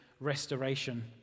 restoration